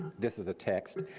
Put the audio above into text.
this is a text,